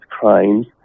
crimes